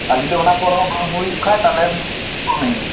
ᱟᱨ ᱡᱩᱫᱤ ᱚᱱᱟ ᱯᱚᱨᱦᱚᱸ ᱵᱟᱝ ᱦᱩᱭᱩᱜ ᱠᱷᱟᱡ ᱛᱟᱦᱚᱞᱮᱢ ᱯᱷᱳᱱ ᱟᱹᱧᱟᱹ